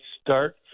start